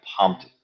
pumped